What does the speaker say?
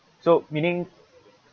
so meaning